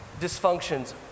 dysfunctions